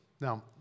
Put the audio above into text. Now